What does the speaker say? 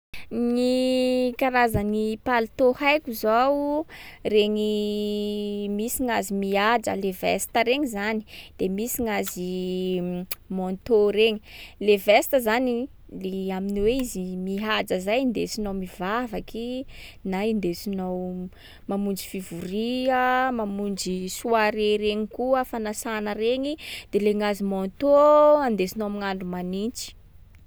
Gny karazany palitô haiko zao: regny misy gnazy mihaja le veste regny zany. De misy gnazy manteau regny. Le veste zany le amin’ny hoe izy mihaja zay kndesinao mivavaky, na indesinao mamonjy fivorià, mamonjy soirée regny koa, fanasana regny. De le gnazy manteau andesinao amign’andro manintsy.